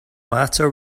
matter